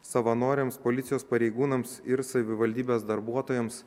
savanoriams policijos pareigūnams ir savivaldybės darbuotojams